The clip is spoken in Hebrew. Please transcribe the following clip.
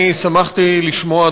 אני שמחתי לשמוע,